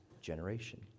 generation